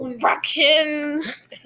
Fractions